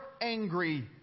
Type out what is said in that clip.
angry